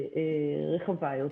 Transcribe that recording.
רחבה יותר.